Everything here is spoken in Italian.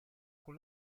con